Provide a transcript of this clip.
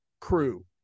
crew